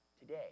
today